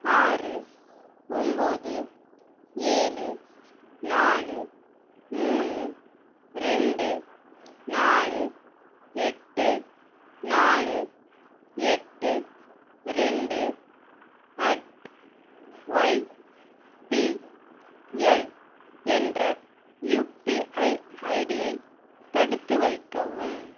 ஆறு ஒம்போது ஏழு நாலு மூணு ரெண்டு நாலு எட்டு நாலு எட்டு ரெண்டு அட் ஒய்பிஎல் என்ற யுபிஐ ஐடியை தடுத்து வைக்கவும்